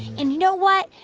and you know what?